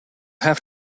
have